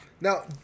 Now